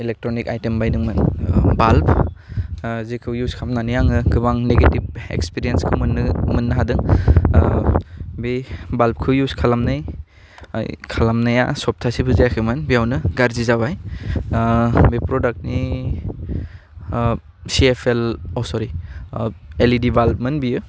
electronic item बायदोंमोन bulb ओह जेखौ इयुस खालामनानै आङो गोबां नेगिटिभ एक्सपिरियेन्सखौ मोननो मोननो हादों ओह बे बाल्भखौ इयुस खालामनाय खालामनाया सप्तासेबो जायाखैमोन बेयावनो गारजि जाबाय ओह बे प्रडाकनि ओह सेयेपेल अ' सरि एलिडि बाल्भमोन बेयो